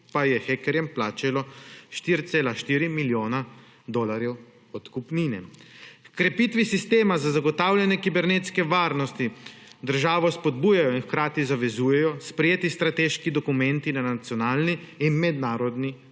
pa je hekerjem plačalo 4,4 milijona dolarjev odkupnine. H krepitvi sistema za zagotavljanje kibernetske varnosti državo spodbujajo in hkrati zavezujejo, sprejeti strateški dokumenti na nacionalni in mednarodni ravni.